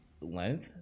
length